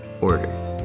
order